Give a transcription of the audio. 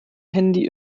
handy